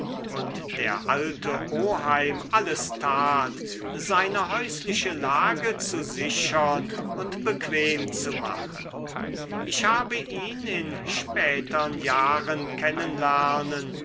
und der alte oheim alles tat seine häusliche lage zu sichern und bequem zu machen ich habe ihn in spätern jahren